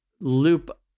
loop